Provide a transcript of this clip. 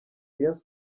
rayon